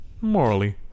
Morally